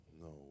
No